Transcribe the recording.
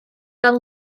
dan